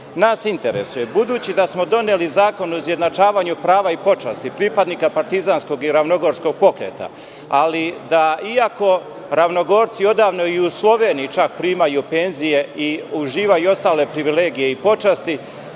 nas interesuje, budući da smo doneli Zakon o izjednačavanju prava i počasti pripadnika partizanskog i ravnogorskog pokreta i da ravnogorci odavno i u Sloveniji čak primaju penzije i uživaju ostale privilegije i počasti,